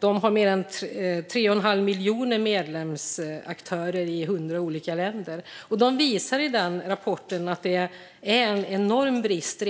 De har mer än 3 1⁄2 miljon medlemsaktörer i 100 olika länder. De visar i rapporten att det redan nu råder en enorm brist